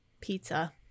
pizza